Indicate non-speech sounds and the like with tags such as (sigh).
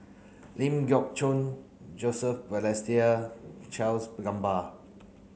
Ling Geok Choon Joseph Balestier Charles (unintelligible) Gamba